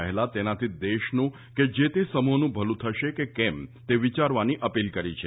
પહેલા તેનાથી દેશનું કે જે તે સમુહનું ભલુ થશે કે કેમ તે વિચારવાની અપીલ કરી છે